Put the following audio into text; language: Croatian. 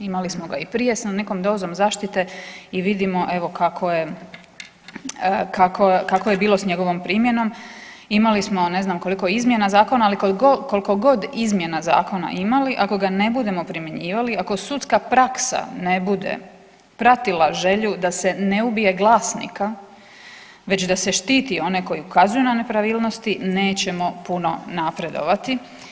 Imali smo ga i prije sa nekom dozom zaštite i vidimo evo, kako je bilo s njegovom primjenom, imali smo ne znam koliko izmjena zakona, ali koliko god izmjena zakona imali, ako ga ne budemo primjenjivali, ako sudska praksa ne bude pratila želju da se ne ubije glasnika, već da se štiti one koji ukazuju na nepravilnosti, nećemo puno napredovati.